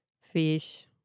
fish